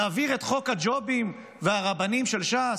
להעביר את חוק הג'ובים והרבנים של ש"ס,